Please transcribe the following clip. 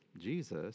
Jesus